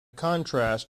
contrast